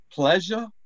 pleasure